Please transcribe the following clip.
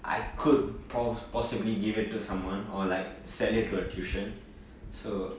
I could po~ possibly give it to someone or like sell it to a tuition so